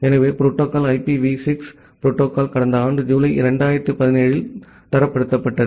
எனவே protocol IPV 6 protocol கடந்த ஆண்டு ஜூலை 2017 இல் தரப்படுத்தப்பட்டது